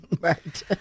Right